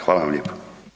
Hvala vam lijepo.